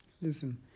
Listen